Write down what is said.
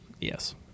Yes